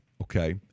okay